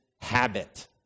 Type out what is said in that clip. habit